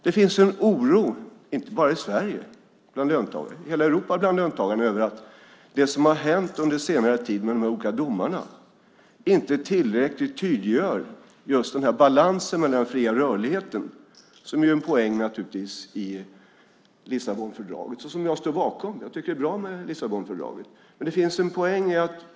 Det finns en oro, inte bara i Sverige bland löntagare utan i hela Europa, över att det som har hänt under senare tid med de här olika domarna inte tillräckligt tydliggör den här balansen när det gäller den fria rörligheten, som naturligtvis är en poäng i Lissabonfördraget, som jag står bakom. Jag tycker att det är bra med Lissabonfördraget.